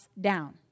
down